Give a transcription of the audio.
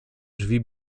drzwi